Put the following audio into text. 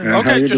okay